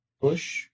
Push